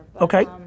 Okay